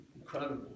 Incredible